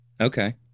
Okay